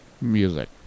music